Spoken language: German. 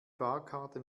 fahrkarte